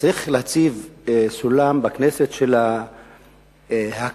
צריך להציב סולם בכנסת, של ההקצנה